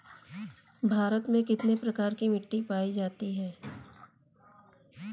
भारत में कितने प्रकार की मिट्टी पायी जाती है?